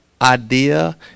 idea